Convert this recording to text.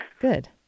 Good